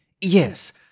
Yes